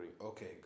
Okay